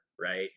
right